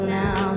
now